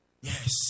Yes